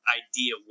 idea